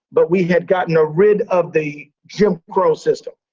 but we had gotten rid of the jim crow system.